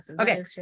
okay